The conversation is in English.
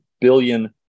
billion